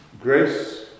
grace